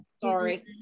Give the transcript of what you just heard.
Sorry